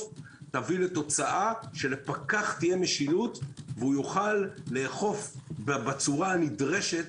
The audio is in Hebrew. תביא לתוצאה שלפקח תהיה משילות והוא יוכל לאכוף בצורה הנדרשת,